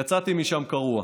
יצאתי משם קרוע.